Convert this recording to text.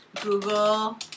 Google